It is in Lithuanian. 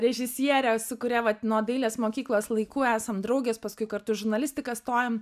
režisiere su kuria vat nuo dailės mokyklos laikų esam draugės paskui kartu į žurnalistiką stojom